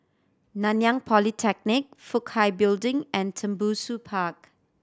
Nanyang Polytechnic Fook Kai Building and Tembusu Park